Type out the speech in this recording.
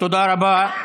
תודה רבה,